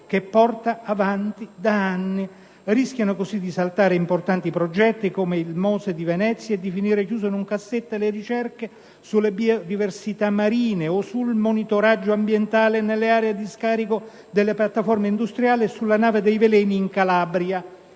che porta avanti da anni. Rischiano così di saltare importanti progetti come il MOSE di Venezia e di finire chiuse in un cassetto le ricerche sulle biodiversità marine o sul monitoraggio ambientale nelle aree di scarico delle piattaforme industriali e sulla cosiddetta nave dei veleni in Calabria.